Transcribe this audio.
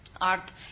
art